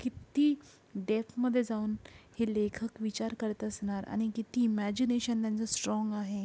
किती डेप्थमध्ये जाऊन हे लेखक विचार करत असणार आणि किती इमॅजीनेशन त्यांचं स्ट्राँग आहे